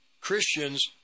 Christians